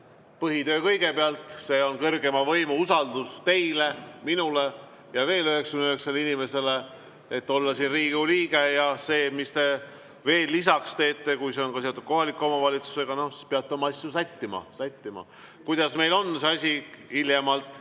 Põhitöö kõigepealt. See on kõrgeima võimu usaldus teile, minule ja veel 99 inimesele, et olla Riigikogu liige. Kui te veel lisaks [midagi] teete, kui see on seotud ka kohaliku omavalitsusega, siis peate oma asju sättima. Kuidas meil on see asi? Hiljemalt